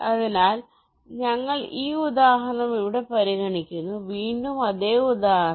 അതിനാൽ ഞങ്ങൾ ഈ ഉദാഹരണം ഇവിടെ പരിഗണിക്കുന്നു വീണ്ടും അതേ ഉദാഹരണം